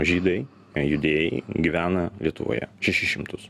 žydai judėjai gyvena lietuvoje šešis šimtus